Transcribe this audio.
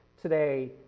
today